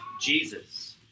Jesus